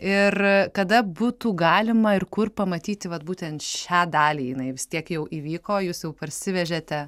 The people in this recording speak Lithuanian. ir kada būtų galima ir kur pamatyti vat būtent šią dalį jinai vis tiek jau įvyko jūs jau parsivežėte